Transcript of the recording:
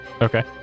okay